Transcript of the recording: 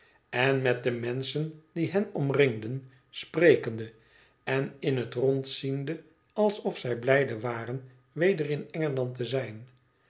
en met de menschen die hen omringden sprekende en in het rond ziende alsof zij blijde waren weder in engeland te zijn